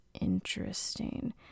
Interesting